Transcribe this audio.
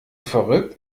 verrückt